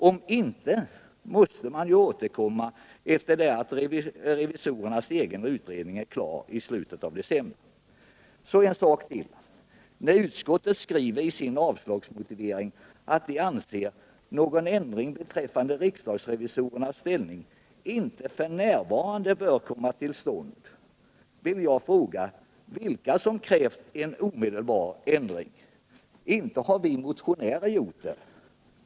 Om inte måste vi återkomma efter det att revisornas egen utredning är klar i slutet av december. Så en sak till: Utskottet skriver i sin avslagsmotivering att utskottet anser att någon ändring beträffande riksdagsrevisorernas ställning inte f.n. bör komma till stånd. Då vill jag ställa frågan vilka som krävt en omedelbar ändring. Inte har vi motionärer gjort det.